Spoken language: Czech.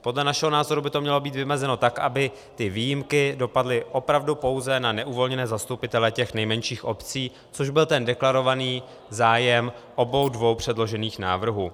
Podle našeho názoru by to mělo být vymezeno tak, aby ty výjimky dopadly opravdu pouze na neuvolněné zastupitele těch nejmenších obcí, což byl ten deklarovaný zájem obou dvou předložených návrhů.